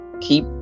keep